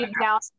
down